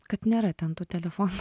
kad nėra ten tų telefonų